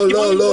לא, לא, אלי.